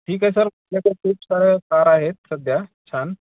ठीक आहे सर खूप साऱ्या कार आहेत सध्या छान